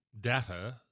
data